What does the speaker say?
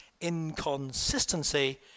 inconsistency